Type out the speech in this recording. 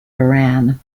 iran